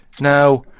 Now